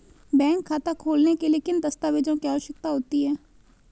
Bank खाता खोलने के लिए किन दस्तावेज़ों की आवश्यकता होती है?